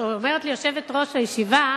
אומרת לי יושבת-ראש הישיבה: